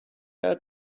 out